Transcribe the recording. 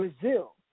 Brazil